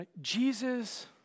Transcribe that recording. Jesus